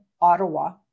Ottawa